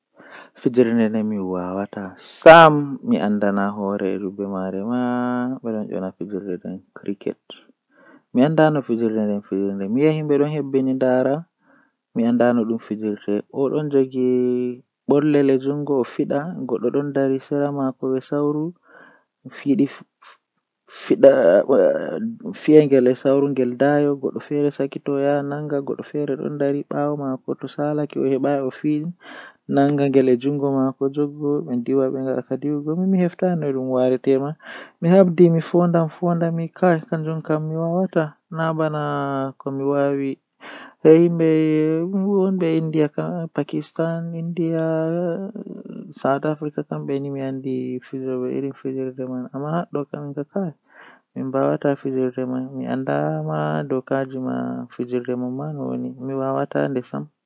Ko njaŋnguɗi ko waawugol ngal wondi ɗoo aduna, Sabu ɗum njippita jam e waɗtuɗi waɗal ɗi ɓuri laawol. Neɗɗo waɗataa njaŋnguɗi heɓataa semmbugol waɗitde goongɗi ɗam e konngol ɗum. E waɗal ngal, Ko ɗum ndimaagu ɗi njogita waɗude laawol ngam noɗɗude laamu e njogorde ɗoo aduna.